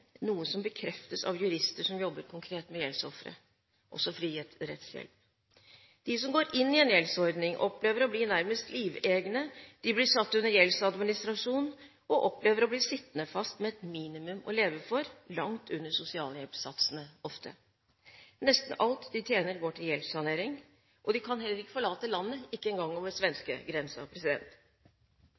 noe som bekreftes av jurister som jobber konkret med gjeldsofre, også fri rettshjelp. De som går inn i en gjeldsordning, opplever nærmest å bli livegne. De blir satt under gjeldsadministrasjon og opplever å bli sittende fast med et minimum å leve for – langt under sosialhjelpssatsene, ofte. Nesten alt de tjener, går til gjeldssanering. De kan heller ikke forlate landet, ikke engang